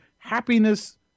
Happiness